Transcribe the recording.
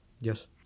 Yes